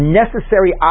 necessary